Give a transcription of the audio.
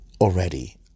already